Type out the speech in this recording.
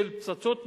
של "פצצות מתקתקות",